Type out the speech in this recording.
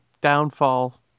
downfall